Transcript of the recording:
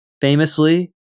Famously